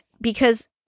Because-